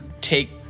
take